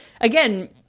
again